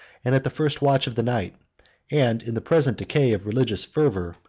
and at the first watch of the night and in the present decay of religious fervor,